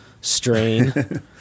strain